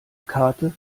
karte